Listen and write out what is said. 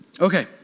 Okay